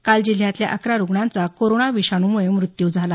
काल जिल्ह्यातल्या अकरा रूग्णांचा कोरोना विषाणुमुळे मृत्यू झाला